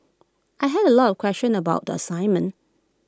I had A lot of questions about the assignment